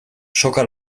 soka